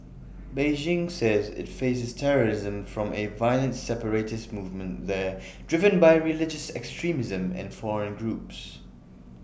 Beijing says IT faces terrorism from A violent separatist movement there driven by religious extremism and foreign groups